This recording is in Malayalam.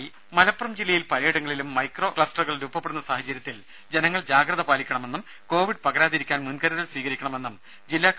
രുമ മലപ്പുറം ജില്ലയിൽ പലയിടങ്ങളിലും മൈക്രോ ക്ലസ്റ്ററുകൾ രൂപപ്പെടുന്ന സാഹചര്യത്തിൽ ജനങ്ങൾ ജാഗ്രത പാലിക്കണമെന്നും കോവിഡ് പകരാതിരിക്കാൻ മുൻകരുതൽ സ്വീകരിക്കണമെന്നും ജില്ലാ കലക്ടർ കെ